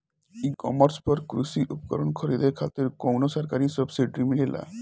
ई कॉमर्स पर कृषी उपकरण खरीदे खातिर कउनो सरकारी सब्सीडी मिलेला?